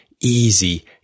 easy